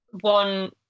one